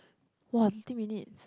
!wah! eighteen minutes